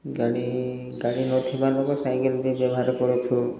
ଗାଡ଼ି ଗାଡ଼ି ନଥିବା ଲୋକ ସାଇକେଲ ବି ବ୍ୟବହାର କରୁଛନ୍